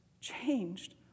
changed